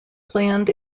planned